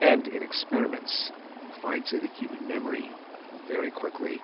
and in experiments you find, say, the human memory very quickly